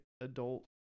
adult